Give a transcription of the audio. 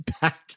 back